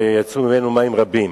ויצאו ממנו מים רבים.